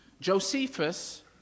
Josephus